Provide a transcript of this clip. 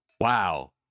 Wow